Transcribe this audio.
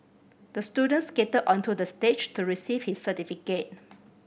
the student skated onto the stage to receive his certificate